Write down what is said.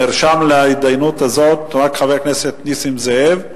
נרשם להתדיינות הזאת רק חבר הכנסת נסים זאב.